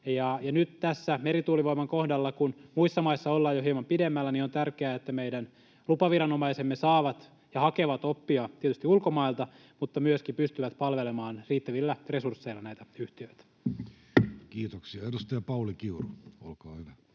kun tässä merituulivoiman kohdalla ollaan muissa maissa jo hieman pidemmällä, niin on tärkeää, että meidän lupaviranomaisemme saavat ja hakevat oppia tietysti ulkomailta mutta myöskin pystyvät palvelemaan riittävillä resursseilla näitä yhtiöitä. [Speech 120] Speaker: Jussi Halla-aho